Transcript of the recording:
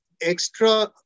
extra